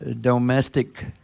domestic